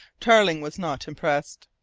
tarling was not impressed.